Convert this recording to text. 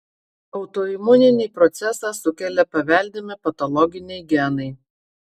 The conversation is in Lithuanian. autoimuninį procesą sukelia paveldimi patologiniai genai